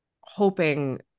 hoping